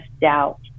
doubt